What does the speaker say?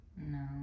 No